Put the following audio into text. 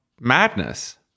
madness